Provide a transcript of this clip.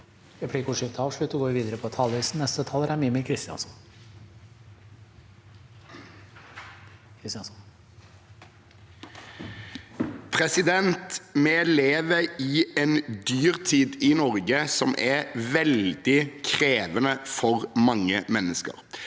Vi lever i en dyr- tid i Norge som er veldig krevende for mange mennesker.